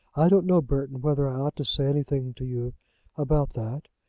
i don't know, burton, whether i ought to say anything to you about that.